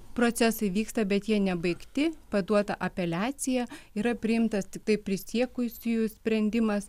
procesai vyksta bet jie nebaigti paduota apeliacija yra priimtas tiktai prisiekusiųjų sprendimas